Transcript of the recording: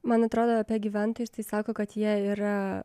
man atrodo apie gyventojus tai sako kad jie yra